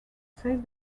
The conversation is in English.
saved